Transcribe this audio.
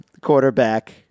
quarterback